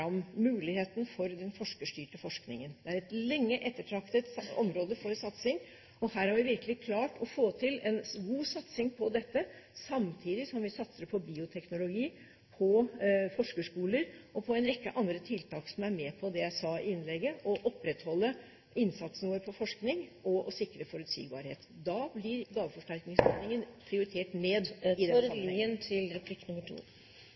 muligheten for den forskerstyrte forskningen. Det er et lenge ettertraktet område for satsing, og her har vi virkelig klart å få til en god satsing, samtidig som vi satser på bioteknologi, på forskerskoler og på en rekke andre tiltak som er med på det jeg sa i innlegget, å opprettholde innsatsen vår på forskning og å sikre forutsigbarhet . Da blir gaveforsterkningsordningen prioritert ned